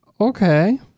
Okay